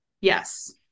Yes